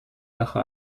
sache